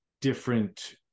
different